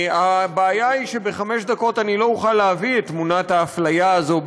הבעיה היא שבחמש דקות אני לא אוכל להביא את תמונת האפליה הזאת,